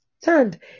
stand